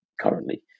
currently